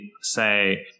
say